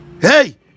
hey